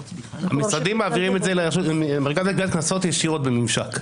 המשרדים מעבירים את זה למרכז הגבייה קנסות ישירות בממשק.